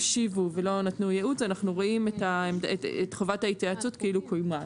אם לא השיבו ולא נתנו ייעוץ אנחנו רואים את חובת ההתייעצות כאילו קוימה.